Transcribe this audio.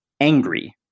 angry